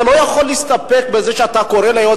אתה לא יכול להסתפק בזה שאתה קורא ליועץ